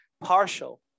partial